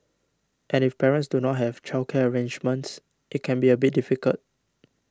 and if parents do not have childcare arrangements it can be a bit difficult